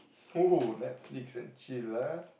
!woo! Netflix and chill ah